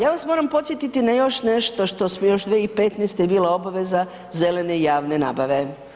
Ja vas moram podsjetiti na još nešto što smo još 2015. je bila obaveza zelene javne nabave.